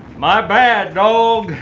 my bad, dawg.